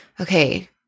okay